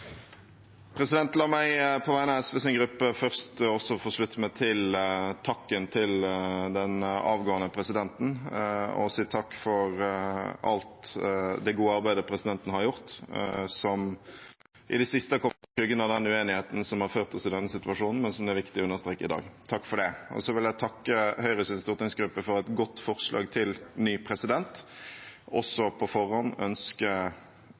La meg på vegne av SVs gruppe først også få slutte meg til takken til den avgående presidenten og si takk for alt det gode arbeidet presidenten har gjort, som i det siste har kommet i skyggen av den uenigheten som har ført oss til denne situasjonen, men som det er viktig å understreke i dag. Takk for det. Så vil jeg takke Høyres stortingsgruppe for et godt forslag til ny president, og også på forhånd ønske